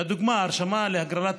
לדוגמה, ההרשמה להגרלות